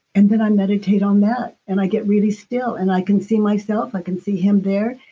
and then i meditate on that, and i get really still. and i can see myself, i can see him there,